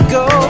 go